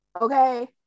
okay